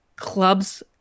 clubs